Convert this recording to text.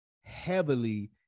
heavily